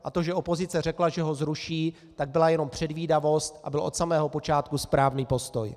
A to, že opozice řekla, že ho zruší, tak byla jenom předvídavost a byl to od samého počátku správný postoj.